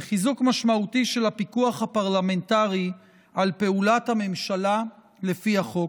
וחיזוק משמעותי של הפיקוח הפרלמנטרי על פעולת הממשלה לפי החוק.